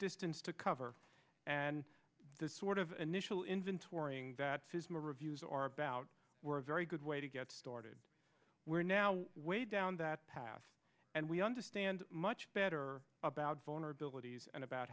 distance to cover and this sort of initial inventorying that says more reviews are about were very good way to get started we're now way down that path and we understand much better about vulnerabilities and about